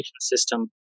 system